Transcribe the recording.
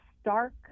stark